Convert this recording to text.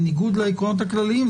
בניגוד לעקרונות הכלליים,